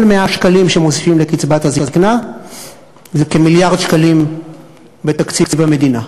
כל 100 שקלים שמוסיפים לקצבת הזיקנה זה כמיליארד שקלים בתקציב המדינה.